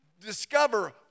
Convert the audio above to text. discover